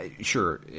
sure